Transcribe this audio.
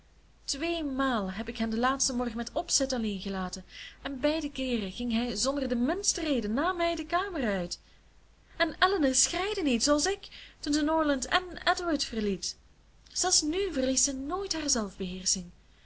tweemaal heb ik hen den laatsten morgen met opzet alleen gelaten en beide keeren ging hij zonder de minste reden na mij de kamer uit en elinor schreide niet zooals ik toen ze norland èn edward verliet zelfs nu verliest zij nooit